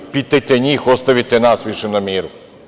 Pitajte njih, ostavite nas više na miru.